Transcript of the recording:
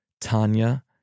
Tanya